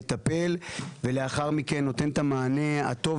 מטפל ולאחר מכן נותן את המענה הטוב